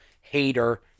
hater